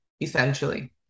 essentially